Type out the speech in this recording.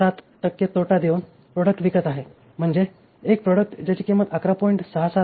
7 टक्के तोटा देऊन प्रॉडक्ट विकत आहे म्हणजे एक प्रॉडक्ट ज्याची किंमत 11